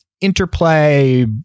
interplay